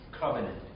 covenant